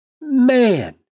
man